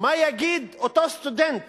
מה יגיד אותו סטודנט